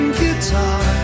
guitar